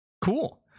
cool